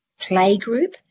playgroup